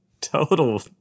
total